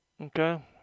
Okay